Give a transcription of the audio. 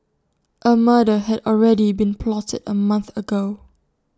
A murder had already been plotted A month ago